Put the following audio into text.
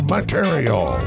Material